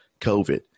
COVID